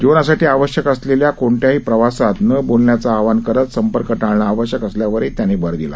जीवनसाठी आवश्यक असलेल्या कोणत्याही प्रवासात न बोलण्याच आवाहन करत संपर्क टाळणे आवश्यक असल्यावरही त्यांनी भर दिला